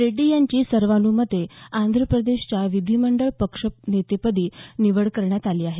रेड्डी यांची सर्वान्मते आंध्र प्रदेशच्या विधिमंडळ पक्षनेतेपदी निवड करण्यात आली आहे